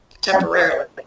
temporarily